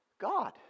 God